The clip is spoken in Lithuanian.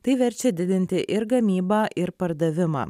tai verčia didinti ir gamybą ir pardavimą